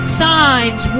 signs